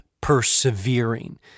persevering